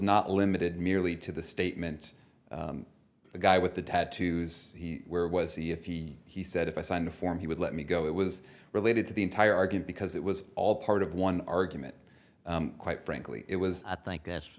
not limited merely to the statement the guy with the tattoos where was he if he he said if i signed a form he would let me go it was related to the entire argued because it was all part of one argument quite frankly it was i think that's